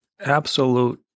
absolute